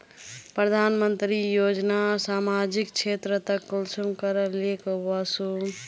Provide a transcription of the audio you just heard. प्रधानमंत्री योजना सामाजिक क्षेत्र तक कुंसम करे ले वसुम?